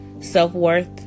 Self-worth